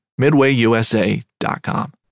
MidwayUSA.com